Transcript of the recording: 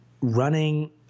running